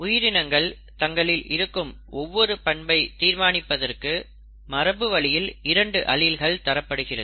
உயிரினங்கள் தங்களில் இருக்கும் ஒவ்வொரு பண்பை தீர்மானிப்பதற்கு மரபு வழியில் 2 அலீல்ஸ் தரப்படுகிறது